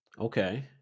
okay